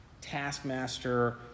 taskmaster